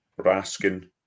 Raskin